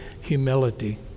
humility